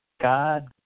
God